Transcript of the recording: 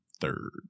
third